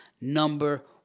number